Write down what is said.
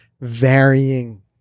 varying